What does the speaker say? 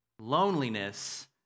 Loneliness